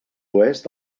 oest